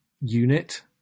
Unit